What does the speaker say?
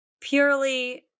purely